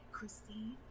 Christine